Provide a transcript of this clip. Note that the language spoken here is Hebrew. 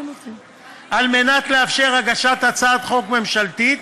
על מנת לאפשר הגשת הצעת חוק ממשלתית,